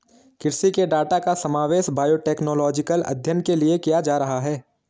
कृषि के डाटा का समावेश बायोटेक्नोलॉजिकल अध्ययन के लिए किया जा रहा है